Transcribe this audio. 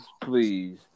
please